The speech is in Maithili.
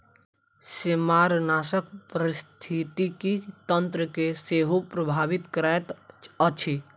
सेमारनाशक पारिस्थितिकी तंत्र के सेहो प्रभावित करैत अछि